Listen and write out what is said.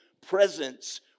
presence